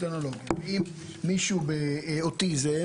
אם מישהו באוטיזם,